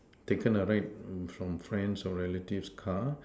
taken a ride from friends' or relatives' car